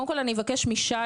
קודם כל אני אבקש משי,